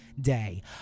day